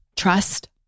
trust